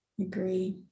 agree